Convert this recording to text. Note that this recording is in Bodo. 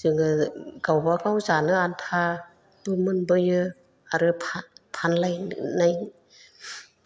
जोङो गावबागाव जानो आन्थाबो मोनबोयो आरो फानलायनाय